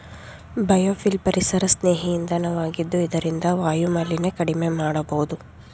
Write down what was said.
biofuel ಪರಿಸರಸ್ನೇಹಿ ಇಂಧನ ವಾಗಿದ್ದು ಇದರಿಂದ ವಾಯುಮಾಲಿನ್ಯ ಕಡಿಮೆ ಮಾಡಬೋದು